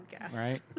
right